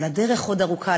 אבל הדרך לפנינו עוד ארוכה.